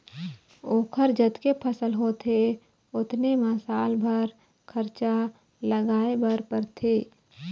ओखर जतके फसल होथे ओतने म साल भर खरचा चलाए बर परथे